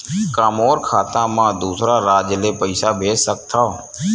का मोर खाता म दूसरा राज्य ले पईसा भेज सकथव?